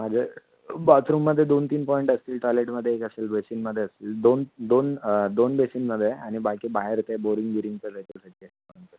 माझे बाथरूममध्ये दोन तीन पॉइंट असतील टॉयलेटमध्ये एक असेल बेसिनमध्ये असतील दोन दोन दोन बेसिनमध्ये आहे आणि बाकी बाहेर ते बोरिंग बीरींगचं